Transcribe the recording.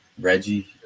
Reggie